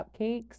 cupcakes